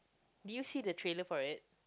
did you see the trailer for it